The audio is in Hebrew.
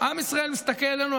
עם ישראל מסתכל עלינו,